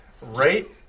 right